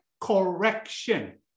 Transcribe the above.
correction